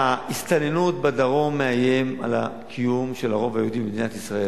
שההסתננות בדרום מאיימת על הקיום של הרוב היהודי במדינת ישראל.